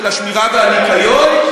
של השמירה והניקיון,